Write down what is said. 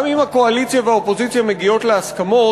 גם אם הקואליציה והאופוזיציה מגיעות להסכמות,